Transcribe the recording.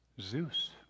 Zeus